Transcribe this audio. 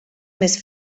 més